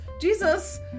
Jesus